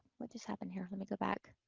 what just happened here? let me go back.